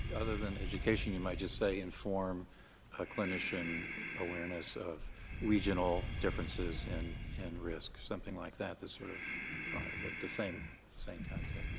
other than education, you might just say, informed clinician awareness of regional differences and and risks, something like that that's sort of broader, but the same same concept.